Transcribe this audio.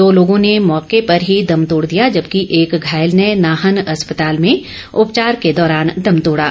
दो लोगों ने मौके पर ही दम तोड़ दिया जबकि एक घायल ने नाहन अस्पताल में उपचार के दौरान दम तोड़ा